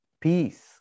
peace